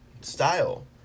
style